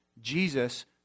Jesus